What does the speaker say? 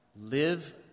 live